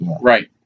Right